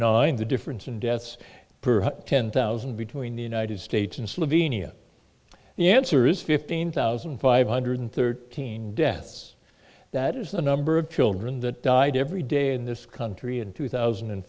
nine the difference in deaths per ten thousand between the united states and slovenia the answer is fifteen thousand five hundred thirteen deaths that is the number of children that died every day in this country in two thousand and